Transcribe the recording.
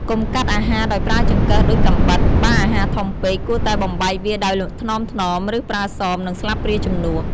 កុំកាត់អាហារដោយប្រើចង្កឹះដូចកាំបិត បើអាហារធំពេក គួរតែបំបែកវាដោយថ្នមៗ ឬប្រើសម និងស្លាបព្រាជំនួស។